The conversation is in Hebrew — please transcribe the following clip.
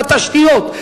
בתשתיות,